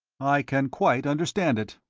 i can quite understand it.